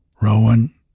Rowan